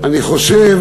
אני חושב